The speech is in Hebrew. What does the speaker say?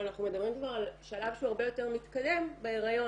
אנחנו מדברים כבר על שלב שהוא הרבה יותר מתקדם בהריון.